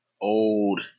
old